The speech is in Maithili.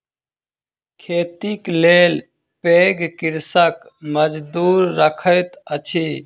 खेतीक लेल पैघ कृषक मजदूर रखैत अछि